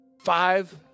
Five